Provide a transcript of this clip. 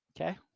Okay